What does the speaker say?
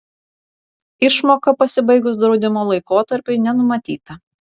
išmoka pasibaigus draudimo laikotarpiui nenumatyta